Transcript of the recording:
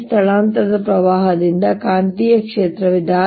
ಈ ಸ್ಥಳಾಂತರದ ಪ್ರವಾಹದಿಂದಾಗಿ ಕಾಂತೀಯ ಕ್ಷೇತ್ರವಿದೆ